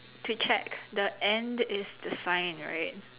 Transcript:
to check the and is the sign right